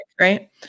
right